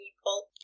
people